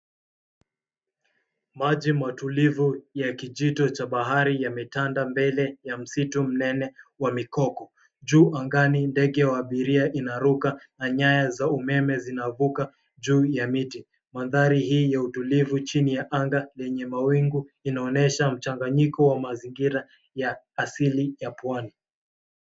Maji matulivu ya kijito cha bahari yametanda mbele ya msitu mnene wa mikoko, juu angani ndege wa abiria inaruka na nyaya za umeme zinavuka juu ya miti. Maandhari hii ya utulivu chini ya anga ya mawingu inaonyesha mchanganyiko wa mazingira wa asili ya pwani.